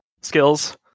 skills